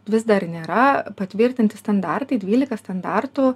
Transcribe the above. vis dar nėra patvirtinti standartai dvylika standartų